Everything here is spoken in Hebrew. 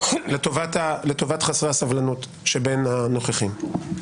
לטובת חסרי הסבלנות שבין הנוכחים.